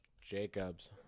Jacobs